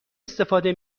استفاده